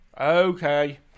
Okay